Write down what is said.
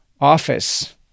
office